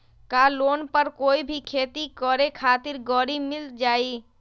का लोन पर कोई भी खेती करें खातिर गरी मिल जाइ?